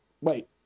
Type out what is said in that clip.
wait